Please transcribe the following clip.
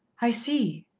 i see,